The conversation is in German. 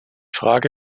frage